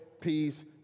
peace